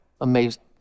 amazing